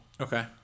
Okay